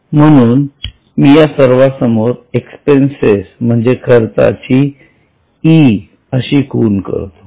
म्हणून मी या सर्वांसमोर एक्सपेन्सेस म्हणजे खर्चाची E अशी खूण करतो